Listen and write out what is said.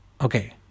Okay